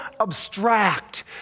abstract